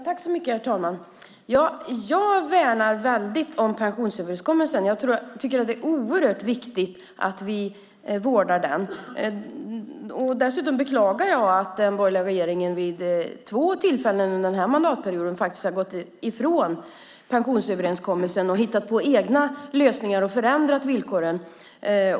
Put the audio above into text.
Herr talman! Jag värnar om pensionsöverenskommelsen. Det är oerhört viktigt att vi vårdar den. Jag beklagar att den borgerliga regeringen vid två tillfällen under den här mandatperioden har gått ifrån pensionsöverenskommelsen och hittat på egna lösningar och förändrat villkoren.